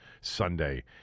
Sunday